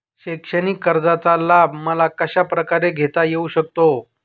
शैक्षणिक कर्जाचा लाभ मला कशाप्रकारे घेता येऊ शकतो?